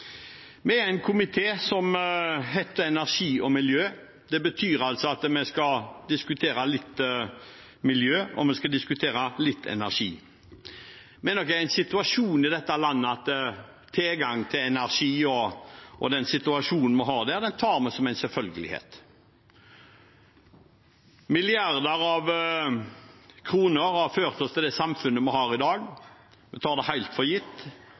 er en komité som heter «energi og miljø», og det betyr altså at vi skal diskutere litt miljø, og vi skal diskutere litt energi. Vi er nok i en situasjon i dette landet der tilgang til energi og den situasjonen vi har på dette området, blir tatt som en selvfølge. Milliarder av kroner har ført oss til det samfunnet vi har i dag, vi tar det helt for gitt,